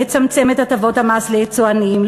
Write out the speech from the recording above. לצמצם את הטבות המס ליצואנים,